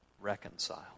reconciled